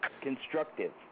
constructive